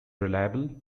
reliable